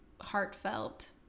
heartfelt